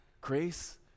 Grace